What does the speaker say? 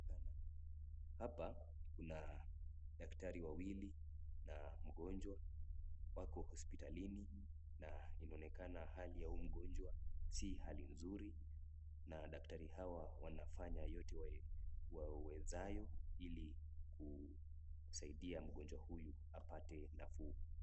Hapa kuna daktari wawili na mgonjwa wako hospitali na inaonekana hali ya huyu mgonjwa si hali nzuri na daktari hawa wanafanya yoye wawezayo ili kumsaidia mgonjwa huyu apate nafuu.